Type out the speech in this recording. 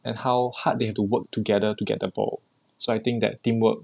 and how hard they have to work together to get the ball so I think that teamwork